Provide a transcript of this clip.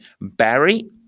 Barry